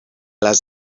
les